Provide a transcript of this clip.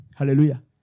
Hallelujah